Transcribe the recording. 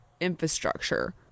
infrastructure